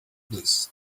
list